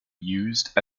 used